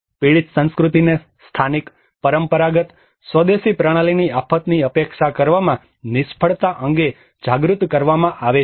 પીડિત સંસ્કૃતિને સ્થાનિક પરંપરાગત સ્વદેશી પ્રણાલીની આફતની અપેક્ષા કરવામાં નિષ્ફળતા અંગે જાગૃત કરવામાં આવે છે